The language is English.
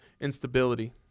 instability